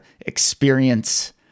experience